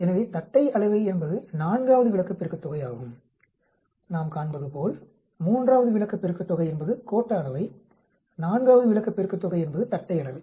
எனவே தட்டை அளவை என்பது நான்காவது விலக்கப் பெருக்கத்தொகை ஆகும் நாம் காண்பதுபோல் மூன்றாவது விலக்கப் பெருக்கத்தொகை என்பது கோட்ட அளவை நான்காவது விலக்கப் பெருக்கத்தொகை என்பது தட்டை அளவை